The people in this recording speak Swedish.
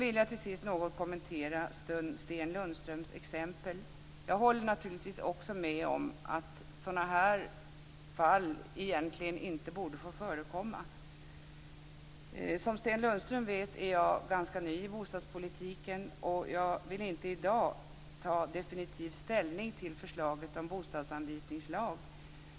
Till sist vill jag något kommentera Sten Lundströms exempel. Jag håller naturligtvis med om att sådana här fall egentligen inte borde får förekomma. Som Sten Lundström vet är jag ganska ny i bostadspolitiken, och jag vill inte i dag ta definitiv ställning till förslaget om bostadsanvisningslag.